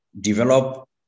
develop